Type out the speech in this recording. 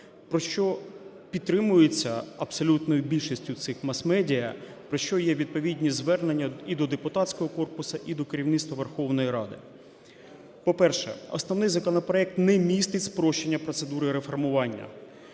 про що… підтримується абсолютною більшістю цих мас-медіа, про що є відповідні звернення і до депутатського корпусу, і до керівництва Верховної Ради. По-перше, основний законопроект не містить спрощення процедури реформування